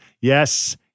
yes